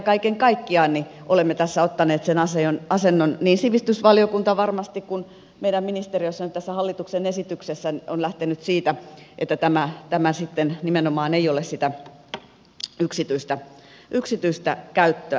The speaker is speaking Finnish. kaiken kaikkiaan olemme nyt tässä hallituksen esityksessä ottaneet sen asennon niin sivistysvaliokunta varmasti kuin meidän ministeriö että on lähdetty siitä että tämä sitten nimenomaan ei ole sitä yksityistä käyttöä